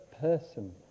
person